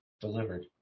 delivered